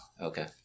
Okay